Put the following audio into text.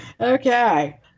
Okay